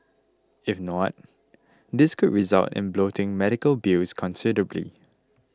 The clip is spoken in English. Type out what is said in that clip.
if not this could result in bloating medical bills considerably